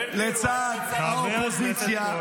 בן גביר, הוא היה לצד מדינת ישראל.